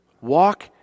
walk